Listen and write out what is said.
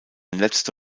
letzte